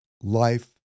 life